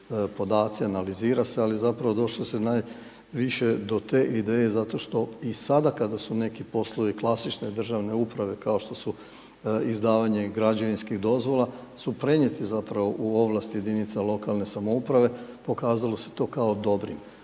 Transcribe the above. podaci, analizira se, ali zapravo došlo se najviše do te ideje zato što i sada kada su neki poslovi klasične državne uprave, kao što su izdavanje građevinskih dozvola su prenijeti zapravo u ovlasti jedinica lokalne samouprave, pokazalo se to kao dobrim.